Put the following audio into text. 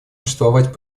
существовать